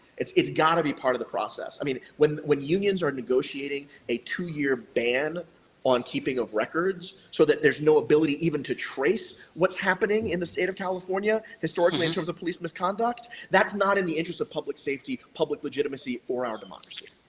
it's it's got to be part of the process. i mean, when when unions are negotiating a two-year ban on keeping of records, so that there's no ability even to trace what's happening in the state of california, historically in terms of police misconduct, that's not in the interest of public safety, public legitimacy, or our democracy.